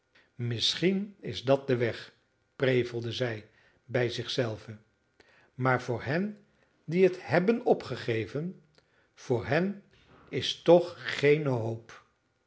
misschien is dat de weg prevelde zij bij zich zelve maar voor hen die het hebben opgegeven voor hen is toch geene hoop